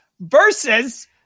versus